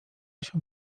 się